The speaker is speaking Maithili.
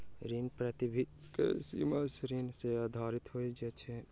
ऋण प्रतिभूति के सीमा ऋण सॅ आधारित होइत अछि